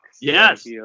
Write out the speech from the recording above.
Yes